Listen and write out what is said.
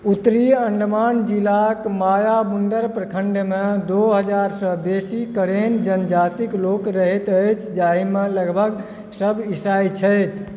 उत्तरी अण्डमान जिलाक मायाबुण्डर प्रखण्डमे दू हजारसँ बेसी करेन जनजातिक लोक रहैत अछि जाहिमे लगभग सब ईसाइ छथि